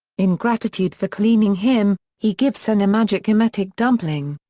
in gratitude for cleaning him, he gives sen a magic emetic dumpling.